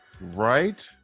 right